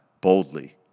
boldly